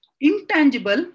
Intangible